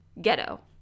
ghetto